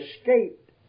escaped